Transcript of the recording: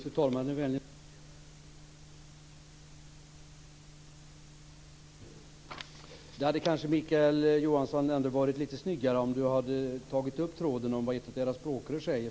Fru talman! Det hade kanske varit snyggare om Mikael Johansson hade tagit upp tråden om vad ett av era språkrör säger.